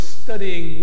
studying